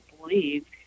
believe